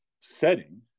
setting